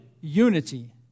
unity